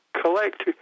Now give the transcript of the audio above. collect